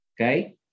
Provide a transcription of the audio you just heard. okay